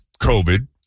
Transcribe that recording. COVID